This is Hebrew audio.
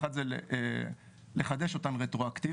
האחד זה לחדש אותן רטרואקטיבית,